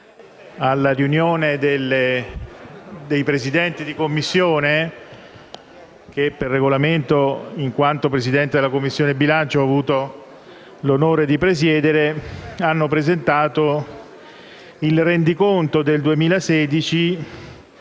alla riunione dei Presidenti di Commissione, che, in base al Regolamento, in quanto Presidente della Commissione bilancio ho avuto l'onore di presiedere, ha presentato il rendiconto delle